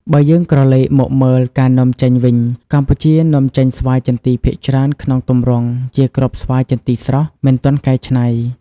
បើយើងក្រឡេកមកមើលការនាំចេញវិញ កម្ពុជានាំចេញស្វាយចន្ទីភាគច្រើនក្នុងទម្រង់ជា គ្រាប់ស្វាយចន្ទីស្រស់ មិនទាន់កែច្នៃ។